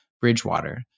Bridgewater